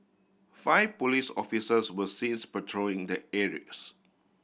five police officers were sees patrolling the areas